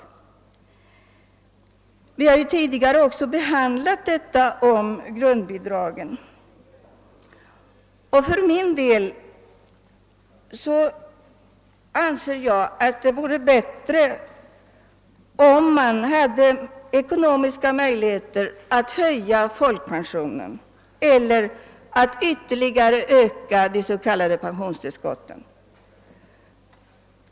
Vi har ju tidigare behandlat grundbidragen, och för min del anser jag, att det, om man hade ekonomiska möjligheter, vore bättre att höja folkpensionen eller de s.k. pensionstillskotten.